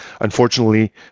unfortunately